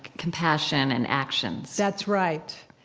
compassion and actions that's right.